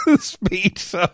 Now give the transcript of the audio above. speech